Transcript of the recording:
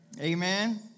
Amen